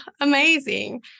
amazing